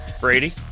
Brady